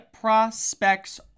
Prospects